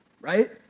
right